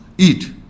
eat